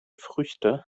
früchte